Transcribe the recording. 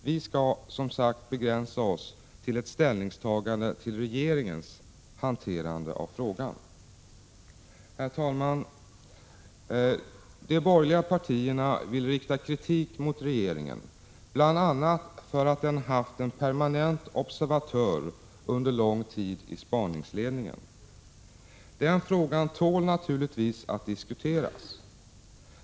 Vi skall som sagt begränsa oss till ett ställningstagande till regeringens hanterande av frågan. Herr talman! De borgerliga partierna vill rikta kritik mot regeringen bl.a. för att den under lång tid haft en permanent observatör i spaningsledningen. Den frågan tål naturligtvis att diskuteras.